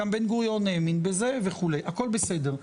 גם בן גוריון האמין בזה וכו', הכל בסדר.